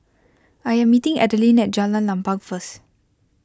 I am meeting Adelyn at Jalan Lapang first